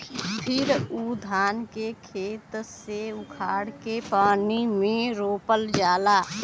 फिर उ धान के खेते से उखाड़ के पानी में रोपल जाला